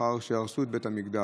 ולאחר שהרסו את בית המקדש,